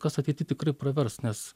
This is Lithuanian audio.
kas ateitį tikrai pravers nes